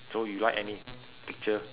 so you like any picture